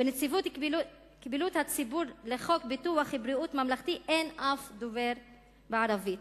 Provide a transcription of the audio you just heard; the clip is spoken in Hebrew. בנציבות קבילות הציבור לחוק ביטוח בריאות ממלכתי אין אף דובר ערבית.